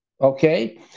Okay